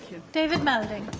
david melding